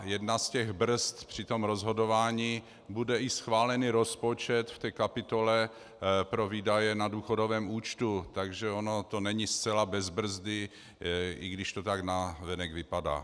Jedna z těch brzd při rozhodování bude i schválený rozpočet v kapitole pro výdaje na důchodovém účtu, takže to není zcela bez brzdy, i když to tak navenek vypadá.